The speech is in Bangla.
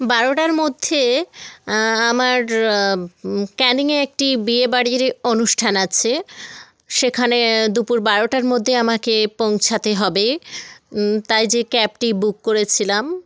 বারোটার মধ্যে আমার ক্যানিংয়ে একটি বিয়েবাড়ির অনুষ্ঠান আছে সেখানে দুপুর বারোটার মধ্যে আমাকে পৌঁছাতে হবে তাই যে ক্যাবটি বুক করেছিলাম